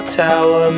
tower